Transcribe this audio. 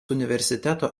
universiteto